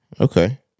Okay